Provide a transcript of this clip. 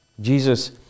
Jesus